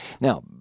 Now